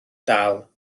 dal